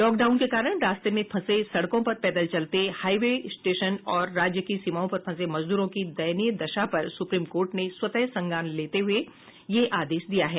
lockdown के कारण रास्ते में फंसे सड़कों पर पैदल चलते हाई वे स्टेशन और राज्य की सीमाओं पर फंसे मजदूरों की दयनीय दशा पर सुप्रीम कोर्ट ने स्वतः संज्ञान लेते हुये यह आदेश दिया है